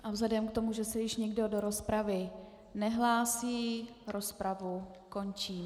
A vzhledem k tomu, že se již nikdo do rozpravy nehlásí, rozpravu končím.